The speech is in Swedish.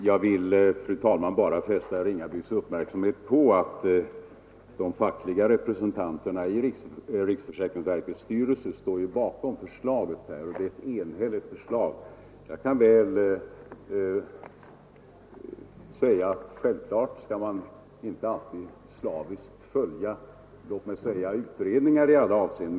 Fru talman! Jag vill bara fästa herr Ringabys uppmärksamhet på att de fackliga representanterna i riksförsäkringsverkets styrelse står bakom förslaget, och det är ett enhälligt förslag. Självfallet skall man inte alltid slaviskt följa exempelvis utredningar i olika avseenden.